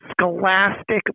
scholastic